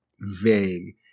vague